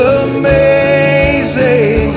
amazing